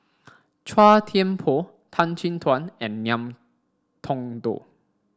Chua Thian Poh Tan Chin Tuan and Ngiam Tong Dow